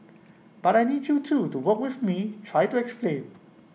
but I need you too to work with me try to explain